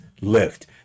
Lift